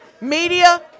Media